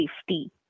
safety